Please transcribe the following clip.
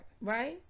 Right